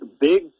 big